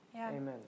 Amen